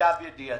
למיטב ידיעתי.